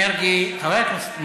חבר הכנסת מרגי.